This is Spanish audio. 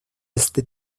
este